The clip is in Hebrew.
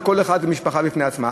אף שכל אחד זה משפחה בפני עצמה.